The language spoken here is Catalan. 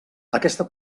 aquesta